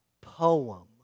poem